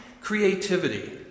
creativity